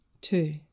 Two